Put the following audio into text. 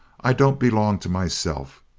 i don't belong to myself.